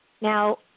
Now